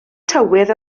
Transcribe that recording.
tywydd